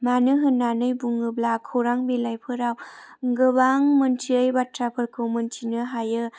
मानो होननानै बुङोब्ला खौरां बिलाइफोराव गोबां मोन्थियै बाथ्राफोरखौ मिन्थिनो हायो